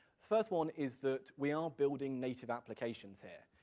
first one is that, we are building native applications here.